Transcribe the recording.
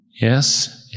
Yes